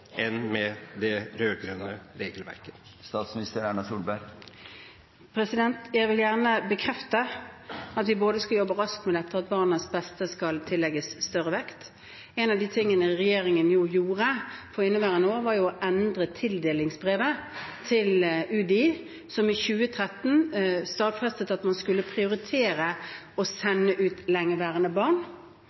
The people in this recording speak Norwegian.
med det rød-grønne regelverket. Jeg vil gjerne bekrefte at vi både skal jobbe raskt med dette og at barnets beste skal tillegges større vekt. En av de tingene regjeringen gjorde for inneværende år, var å endre tildelingsbrevet til UDI, som i 2013 stadfestet at man skulle prioritere å sende ut lengeværende barn,